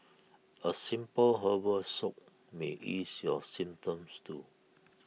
A simple herbal soak may ease your symptoms too